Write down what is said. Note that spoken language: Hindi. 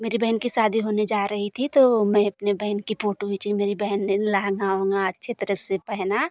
मेरी बहन की शादी होने जा रही थी तो मैं अपने बहन की फोटो खींची मेरी बहन ने लहँगा उहंगा अच्छे तरह से पहना